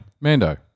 Mando